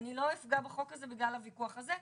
אני לא אפגע בחוק הזה בגלל הוויכוח הזה.